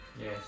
Yes